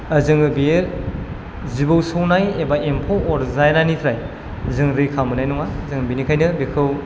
जोङो बियो जिबौ सौनाय एबा एम्फौ अरजानायनिफ्राय जों रैखा मोननाय नङा जों बेनिखायनो बिखौ